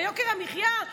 ביוקר המחיה,